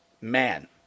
man